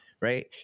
right